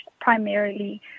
primarily